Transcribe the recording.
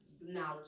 knowledge